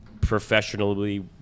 professionally